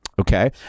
Okay